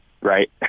right